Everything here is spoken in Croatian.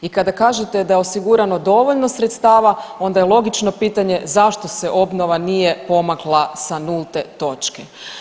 I kada kažete da je osigurano dovoljno sredstava onda je logično pitanje zašto se obnova nije pomakla sa nulte točke.